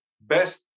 best